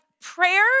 prayer